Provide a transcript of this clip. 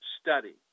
study